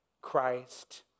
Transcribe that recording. Christ